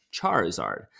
Charizard